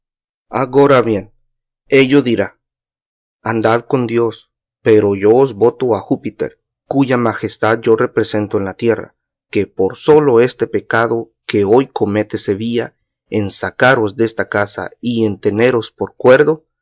loco agora bien ello dirá andad con dios pero yo os voto a júpiter cuya majestad yo represento en la tierra que por solo este pecado que hoy comete sevilla en sacaros desta casa y en teneros por cuerdo